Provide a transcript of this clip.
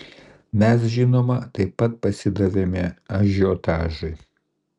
mes žinoma taip pat pasidavėme ažiotažui